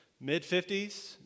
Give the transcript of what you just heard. mid-50s